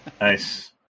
Nice